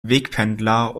wegpendler